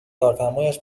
کارفرمایش